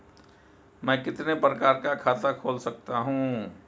मैं कितने प्रकार का खाता खोल सकता हूँ?